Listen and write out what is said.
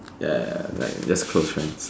ya ya ya like just close friend